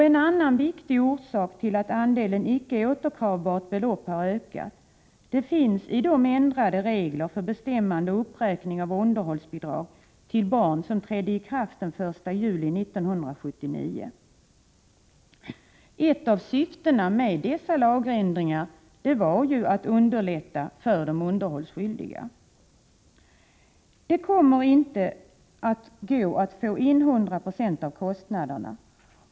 En annan viktig orsak till att den andel av beloppen som icke är återkrävbar har ökat finns i de ändrade regler för fastställande och uppräkning av underhållsbidrag till barn som trädde i kraft den 1 juli 1979. Ett av syftena med dessa lagändringar var att underlätta för de underhållsskyldiga. Det kommer inte att gå att få in 100 96 av kostnaderna.